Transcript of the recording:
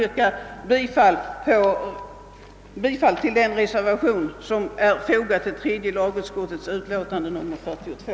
— utan ber att få yrka bifall till den reservation som är fogad till tredje lagutskottets utlåtande nr 42.